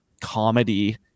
comedy